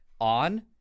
on